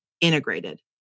integrated